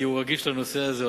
כי הוא רגיש לנושא הזה,